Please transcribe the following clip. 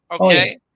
Okay